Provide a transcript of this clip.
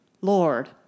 lord